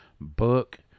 book